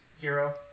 hero